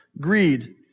greed